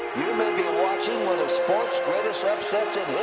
you may be watching one of sports' greatest upsets in